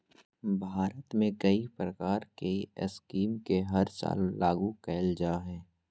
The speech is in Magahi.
भारत में कई प्रकार के स्कीम के हर साल लागू कईल जा हइ